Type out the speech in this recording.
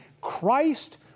Christ